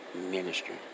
ministry